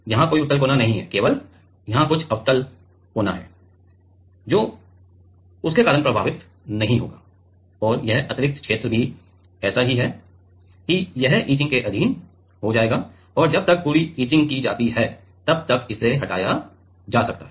यहां कोई उत्तल कोना नहीं है केवल यहां कुछ अवतल कोना है जो उसके कारण प्रभावित नहीं होगा और यह अतिरिक्त क्षेत्र भी ऐसा है कि यह इचिंग के अधीन हो जाएगा और जब तक पूरी इचिंग की जाती है तब तक इसे हटाया जा सकता है